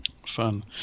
Fun